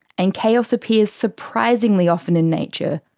and chaos appears surprisingly often in nature,